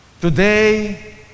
Today